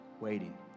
waiting